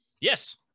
Yes